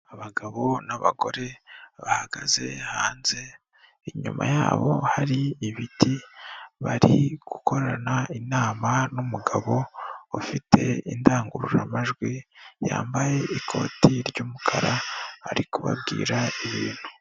Abagabo n'abagore bahagaze hanze inyuma yabo hari ibiti bari gukorana inama n'umugabo ufite indangururamajwi yambaye ikoti ry'umukara ari kubabwira ibintu.